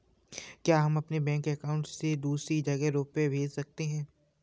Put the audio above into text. क्या हम अपने बैंक अकाउंट से दूसरी जगह रुपये भेज सकते हैं?